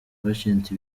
patient